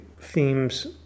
themes